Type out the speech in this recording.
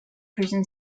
prison